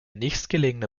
nächstgelegene